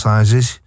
Sizes